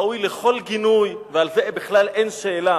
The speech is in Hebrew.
הראוי לכל גינוי, ועל זה אין בכלל שאלה,